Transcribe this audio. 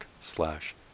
slash